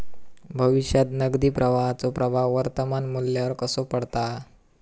भविष्यात नगदी प्रवाहाचो प्रभाव वर्तमान मुल्यावर कसो पडता?